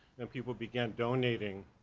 and people began donating,